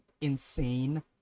insane